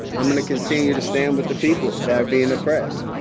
i'm gonna continue to stand with the people that are bein' oppressed.